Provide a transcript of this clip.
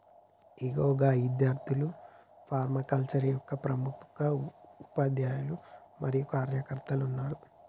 ఇగో గా ఇద్యార్థుల్లో ఫర్మాకల్చరే యొక్క ప్రముఖ ఉపాధ్యాయులు మరియు కార్యకర్తలు ఉన్నారు